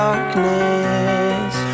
Darkness